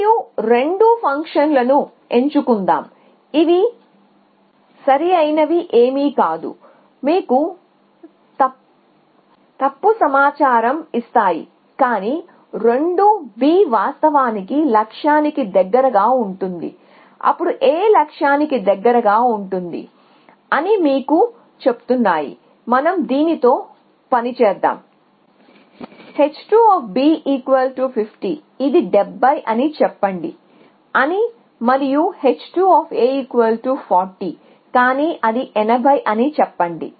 మరియు రెండూ ఫంక్షన్లను ఎంచుకుందాం ఇవిసరియైనవి యేమి కాదు మీకు తప్పు సమాచారం ఇస్తాయి కాని రెండూ B వాస్తవానికి లక్ష్యానికి దగ్గరగా ఉంటుంది అప్పుడు A లక్ష్యానికి దగ్గరగా ఉంటుందిఅని మీకు చెప్తున్నాయి మనం దీనితో పని చేద్దాం h250 ఇది 70 అని చెప్పండి అని మరియు h240 కాని అది 80 అని చెప్పండి